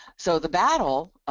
so the battle,